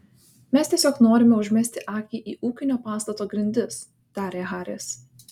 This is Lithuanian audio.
mes tiesiog norime užmesti akį į ūkinio pastato grindis tarė haris